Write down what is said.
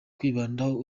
kwibandaho